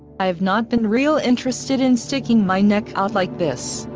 i have not been real interested in sticking my neck out like this.